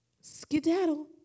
Skedaddle